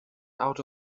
out